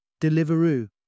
Deliveroo